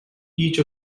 each